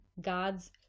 God's